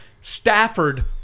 Stafford